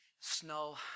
snow